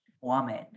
woman